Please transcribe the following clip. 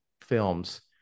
films